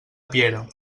piera